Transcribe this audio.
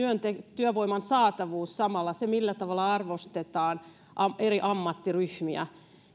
työvoiman saatavuus ja samalla se millä tavalla arvostetaan eri ammattiryhmiä